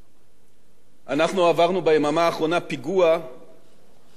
עברנו ביממה האחרונה פיגוע קשה מאוד,